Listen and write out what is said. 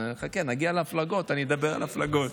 חכה, נגיע להפלגות, אני אדבר על הפלגות.